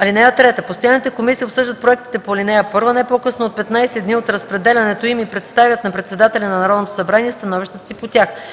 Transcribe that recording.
(3) Постоянните комисии обсъждат проектите по ал. 1 не по-късно от 15 дни от разпределянето им и представят на председателя на Народното събрание становищата си по тях.